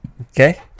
Okay